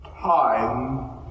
Time